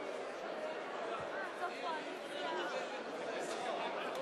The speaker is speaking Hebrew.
ממלא-מקום יושב-ראש הכנסת,